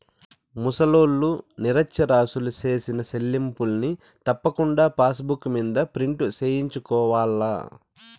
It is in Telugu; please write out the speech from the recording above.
ముసలోల్లు, నిరచ్చరాసులు సేసిన సెల్లింపుల్ని తప్పకుండా పాసుబుక్ మింద ప్రింటు సేయించుకోవాల్ల